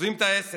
עוזבים את העסק,